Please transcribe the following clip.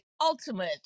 Ultimate